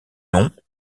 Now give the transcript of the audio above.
non